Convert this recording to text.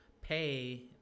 pay